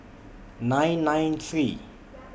nine nine three